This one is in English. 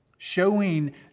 Showing